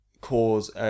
cause